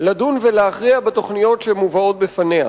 לדון ולהכריע בתוכניות שמובאות בפניה.